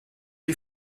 you